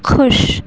خوش